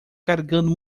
carregando